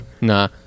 Nah